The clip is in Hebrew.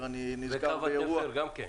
בקו התפר גם כן,